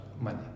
money